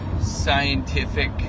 scientific